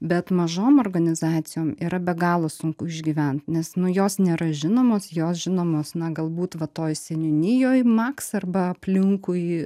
bet mažom organizacijom yra be galo sunku išgyvent nes nu jos nėra žinomos jos žinomos na galbūt va toj seniūnijoj maks arba aplinkui